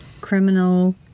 criminal